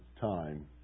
time